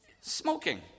Smoking